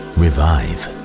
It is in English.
revive